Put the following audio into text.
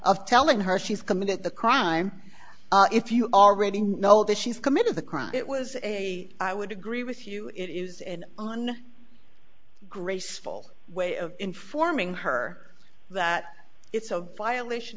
of telling her she's committed the crime if you already know that she's committed the crime it was a i would agree with you it is and on graceful way of informing her that it's a violation